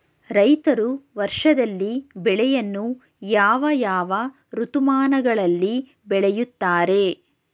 ರೈತರು ವರ್ಷದಲ್ಲಿ ಬೆಳೆಯನ್ನು ಯಾವ ಯಾವ ಋತುಮಾನಗಳಲ್ಲಿ ಬೆಳೆಯುತ್ತಾರೆ?